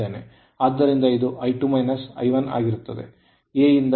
ಆದ್ದರಿಂದ ಇದು I2 I1 ಆಗಿರುತ್ತದೆ